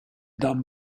done